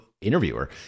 interviewer